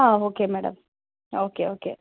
ಹಾಂ okay madam okay okay